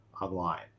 online